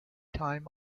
time